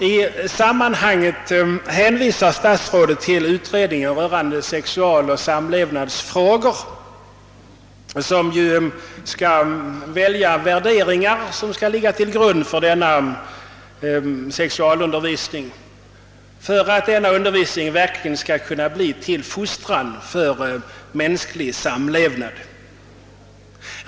I sammanhanget hänvisar statsrådet till utredningen rörande sexualoch samlevnadsfrågor, vilken skall välja värderingar som skall ligga till grund för sexualundervisningen för att denna verkligen skall kunna bli till fostran för mänsklig samlevnad.